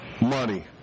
money